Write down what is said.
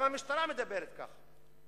גם המשטרה מדברת ככה.